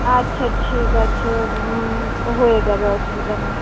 আচ্ছা ঠিক আছে হয়ে যাবে অসুবিধা নেই